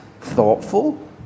thoughtful